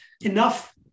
enough